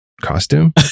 costume